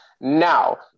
Now